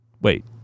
Wait